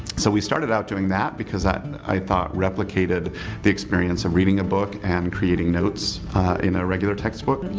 so we started out doing that because i thought replicated the experience of reading a book and creating notes in a regular text book. but you